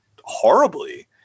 horribly